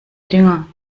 dinger